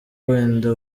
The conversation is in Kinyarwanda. wenda